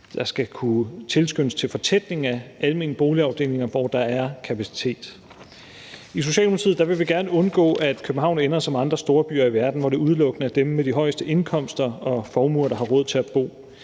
der skal kunne tilskyndes til fortætning af almene boligafdelinger, hvor der er kapacitet. I Socialdemokratiet vil vi gerne undgå, at København ender som andre storbyer i verden, hvor det udelukkende er dem med de højeste indkomster og formuer, der har råd til at bo.